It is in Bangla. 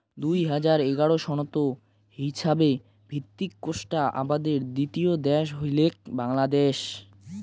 দুই হাজার এগারো সনত হিছাবে ভিত্তিক কোষ্টা আবাদের দ্বিতীয় দ্যাশ হইলেক বাংলাদ্যাশ